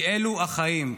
כי אלה החיים,